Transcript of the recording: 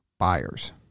buyers